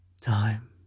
time